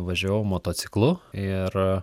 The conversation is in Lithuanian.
važiavau motociklu ir